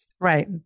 right